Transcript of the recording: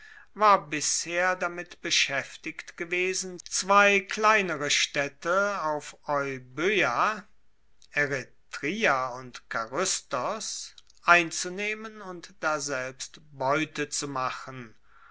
war bisher damit beschaeftigt gewesen zwei kleinere staedte auf euboea eretria und karystos einzunehmen und daselbst beute zu machen